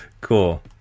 Cool